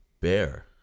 Bear